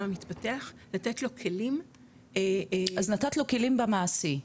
המתפתח לתת לו כלים -- אז נתת לו כלים במעשי,